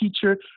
teacher